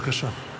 בבקשה.